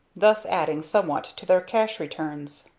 thus adding somewhat to their cash returns.